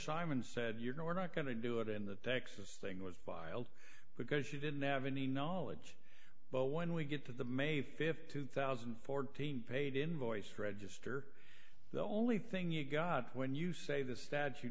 simon said you know we're not going to do it in the texas thing was filed because she didn't have any knowledge but when we get to the may th two thousand and fourteen paid invoiced register the only thing you got when you say th